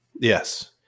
yes